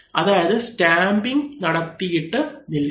അതായത് സ്റ്റാമ്പിങ് നടത്തിയിട്ട് നിൽക്കും